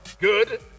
good